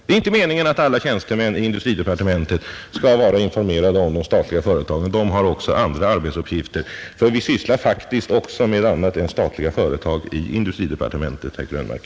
Det är inte meningen att alla tjänstemän i industridepartementet skall vara informerade om de statliga företagen — vi har också andra arbetsuppgifter. Vi sysslar faktiskt i industridepartementet inte bara med statliga företag, herr Krönmark.